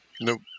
Nope